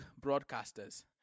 broadcasters